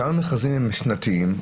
כמה מכרזים הם שנתיים?